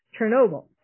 Chernobyl